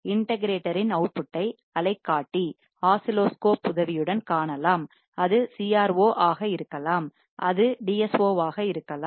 integrator இன் அவுட்புட்டை அலைக்காட்டி ஆசிலோஸ்ஹோப் உதவியுடன் காணலாம் அது CRO ஆக இருக்கலாம் அது DSO ஆக இருக்கலாம்